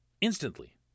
instantly